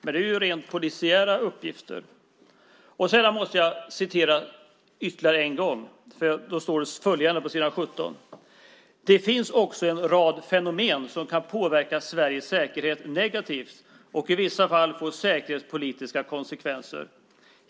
Men det är ju rent polisiära uppgifter. Jag måste också citera vad som står på s. 17 i propositionen: "Det finns också en rad andra fenomen som kan påverka Sveriges säkerhet negativt och i vissa fall få säkerhetspolitiska konsekvenser.